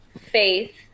faith